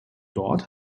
dort